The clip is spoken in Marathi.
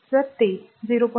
तर जर ते r 0